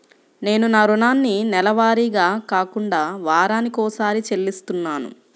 నేను నా రుణాన్ని నెలవారీగా కాకుండా వారానికోసారి చెల్లిస్తున్నాను